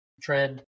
trend